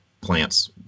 plants